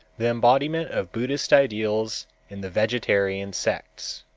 the embodiment of buddhist ideals in the vegetarian sects